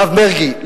הרב מרגי,